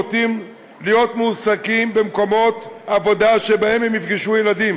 נוטים להיות מועסקים במקומות עבודה שבהם הם יפגשו ילדים,